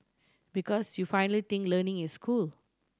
because you finally think learning is cool